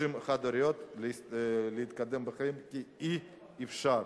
חד-הוריות, להתקדם בחיים, כי אי-אפשר,